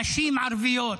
נשים ערביות,